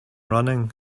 running